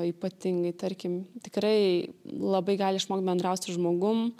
ypatingai tarkim tikrai labai gali išmokt bendraut su žmogum